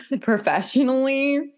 professionally